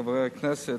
חברי הכנסת,